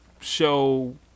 show